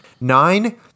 Nine